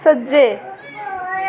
सज्जै